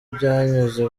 byanyuze